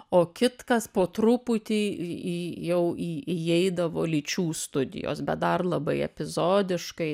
o kitkas po truputį į į jau į įeidavo lyčių studijos bet dar labai epizodiškai